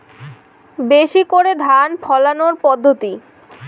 বেশি করে ধান ফলানোর পদ্ধতি?